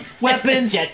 weapons